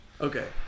Okay